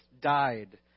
died